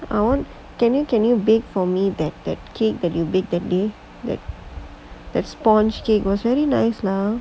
I want can you can you bake for me that that cake that you bake that day the sponge cake was very nice lah